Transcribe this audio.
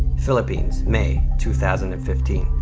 philippines, may, two thousand and fifteen.